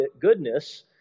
goodness